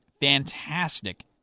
fantastic